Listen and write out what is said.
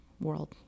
world